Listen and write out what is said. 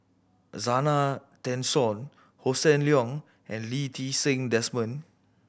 Zena Tessensohn Hossan Leong and Lee Ti Seng Desmond